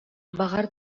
баҕар